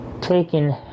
taken